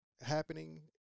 happening